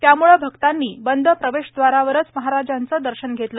त्यामुळे भक्तांनी बंद प्रवेशद्वारावरच महाराजांचं दर्शन घेतलं